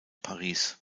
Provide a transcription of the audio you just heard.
paris